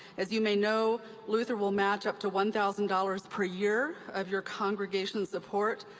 as you may know, luther will match up to one thousand dollars per year of your congregation's support,